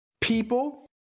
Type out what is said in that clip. people